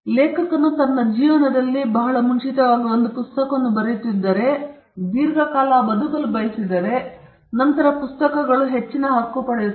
ಲೇಖಕನು ತನ್ನ ಜೀವನದಲ್ಲಿ ಬಹಳ ಮುಂಚಿತವಾಗಿ ಒಂದು ಪುಸ್ತಕವನ್ನು ಬರೆಯುತ್ತಿದ್ದರೆ ಮತ್ತು ಅವನು ದೀರ್ಘಕಾಲ ಬದುಕಲು ಬಯಸಿದರೆ ನಂತರ ಪುಸ್ತಕಗಳು ಹೆಚ್ಚಿನ ಹಕ್ಕು ಪಡೆಯುತ್ತವೆ